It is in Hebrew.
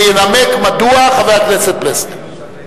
וינמק מדוע חבר הכנסת פלסנר.